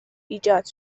ایجاد